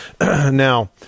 Now